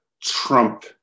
Trump